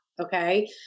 Okay